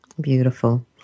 Beautiful